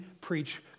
preach